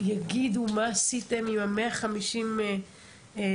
יגידו מה עשיתם עם ה-150 דיווחים.